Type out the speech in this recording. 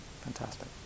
Fantastic